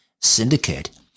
Syndicate